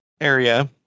area